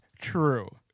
true